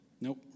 nope